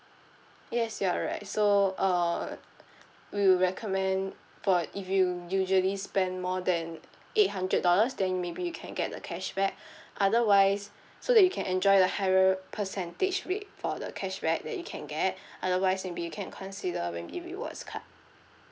yes you're right so uh we will recommend for if you usually spend more than eight hundred dollars then maybe you can get the cashback otherwise so that you can enjoy the higher percentage rate for the cashback that you can get otherwise maybe you can consider maybe rewards card